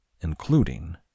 including